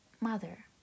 Mother